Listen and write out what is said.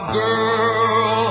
girl